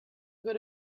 good